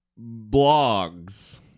blogs